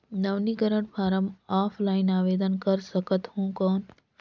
नवीनीकरण form offline आवेदन कर सकत हो कौन?